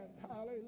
Hallelujah